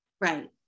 Right